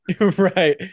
right